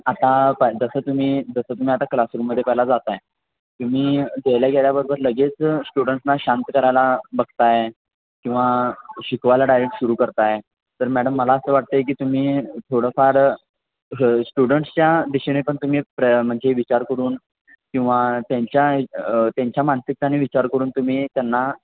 आता पहा जसं तुम्ही जसं तुम्ही आता क्लासरूममधे पहिला जात आहे तुम्ही गेल्या गेल्याबरोबर लगेच स्टुडंट्सना शांत करायला बघत आहे किंवा शिकवायला डायरेक्ट सुरू करत आहे तर मॅडम मला असं वाटतं आहे की तुम्ही थोडंफार स्टुडंट्सच्या दिशेने पण तुम्ही प्र म्हणजे विचार करून किंवा त्यांच्या त्यांच्या मानसिकतेने विचार करून तुम्ही त्यांना